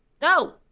No